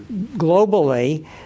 globally